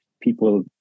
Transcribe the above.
people